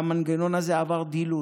והמנגנון הזה עבר דילול.